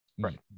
right